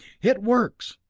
it works!